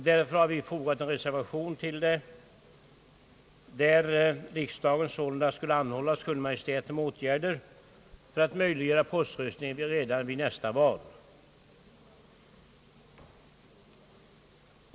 Därför har vi fogat en reservation till utskottets utlåtande med yrkande att riksdagen sålunda skall anhålla hos Kungl. Maj:t om åtgärder för att möjliggöra poströstning vid kriminalvårdsanstalter i valet 1968.